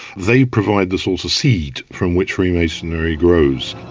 they provide the sort of seed from which freemasonry grows.